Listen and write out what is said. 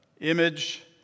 image